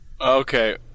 Okay